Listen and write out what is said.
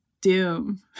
doom